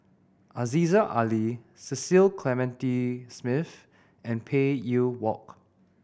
Aziza Ali Cecil Clementi Smith and Phey Yew Kok